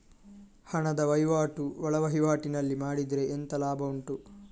ಹಣದ ವಹಿವಾಟು ಒಳವಹಿವಾಟಿನಲ್ಲಿ ಮಾಡಿದ್ರೆ ಎಂತ ಲಾಭ ಉಂಟು?